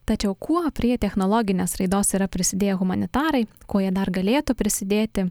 tačiau kuo prie technologinės raidos yra prisidėję humanitarai kuo jie dar galėtų prisidėti